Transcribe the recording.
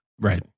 Right